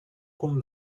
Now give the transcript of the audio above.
con